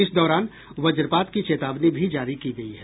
इस दौरान वज्रपात की चेतावनी भी जारी की गयी है